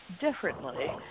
differently